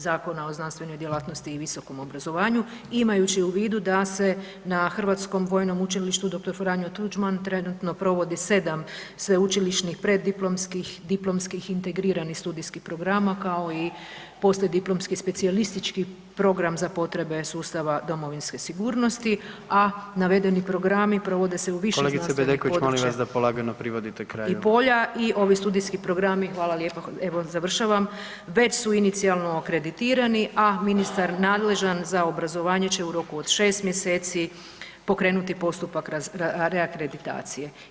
Zakona o znanstvenoj djelatnosti i visokom obrazovanju imajući u vidu da se na Hrvatskom vojnom učilištu dr. Franjo Tuđman trenutno provodi 7 sveučilišnih preddiplomskih, diplomskih, integriranih studijskih programa, kao i poslijediplomski specijalistički program za potrebe sustava domovinske sigurnosti, a navedeni programi provode se u više [[Upadica: Kolegice Bedeković, molim vas da polagano privodite kraju]] Znanstvenih područja i polja i ovi studijski programi, hvala lijepo, evo završavam, već su inicijalno akreditirani, a ministar nadležan za obrazovanje će u roku od 6. mjeseci pokrenuti postupak reakreditacije.